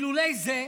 אילולא זה,